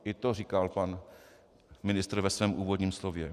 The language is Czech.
I to říkal pan ministr ve svém úvodním slově.